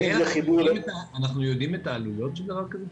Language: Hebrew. בין אם זה חיבור --- אנחנו יודעים את העלויות של דבר כזה?